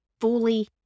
fully